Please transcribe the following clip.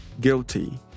Guilty